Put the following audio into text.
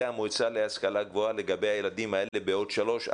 המועצה להשכלה גבוהה לגבי הילדים האלה בעוד שלוש,